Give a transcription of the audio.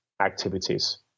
activities